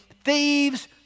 Thieves